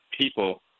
people